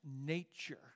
nature